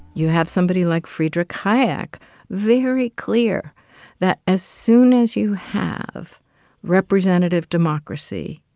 you have somebody like friedrich hayek very clear that as soon as you have representative democracy,